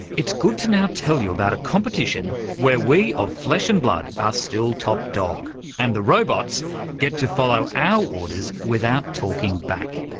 it's good to now tell you about a competition where we of flesh and blood are still top dog, and the robots get to follow our orders without talking back.